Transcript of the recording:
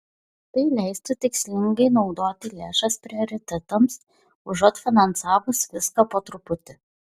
tai leistų tikslingai naudoti lėšas prioritetams užuot finansavus viską po truputį